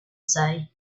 say